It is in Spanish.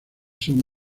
son